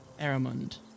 Aramund